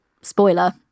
spoiler